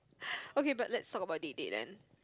okay but let's talk about date date then